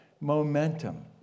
momentum